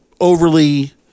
overly